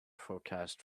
forecast